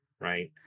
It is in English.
right